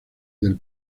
del